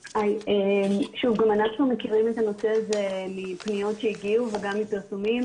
גם אנחנו מכירים את הנושא הזה מפניות שהגיעו וגם מפרסומים.